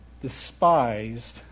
despised